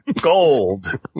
Gold